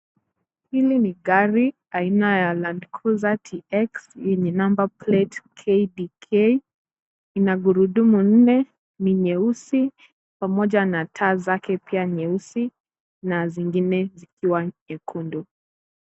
Hili ni gari aina ya Land Cruiser TX yenye number plate KBK. Ina gurudumu nne, ni nyeusi pamoja na taa zake pia ni nyeusi na zingine zikiwa nyekundu.